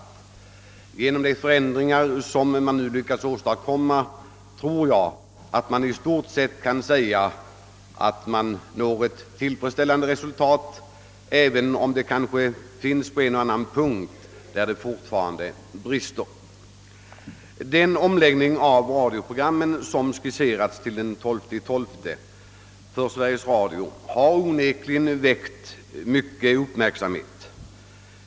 Resultatet av de förändringar, som nu skall genomföras, tror jag i stort sätt blir tillfredsställande, även om brister kanske fortfarande kommer att kvarstå på en eller annan punkt, Den omläggning av Sveriges Radios programverksamhet i ljudradion, som planerats till den 12/12, har onekligen väckt mycken uppmärksamhet.